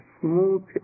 smooth